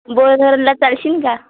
bore धरणला चालशील का